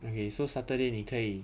okay so saturday 你可以